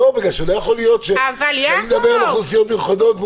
בגלל שלא יכול להיות שאני מדבר על אוכלוסיית מיוחדות,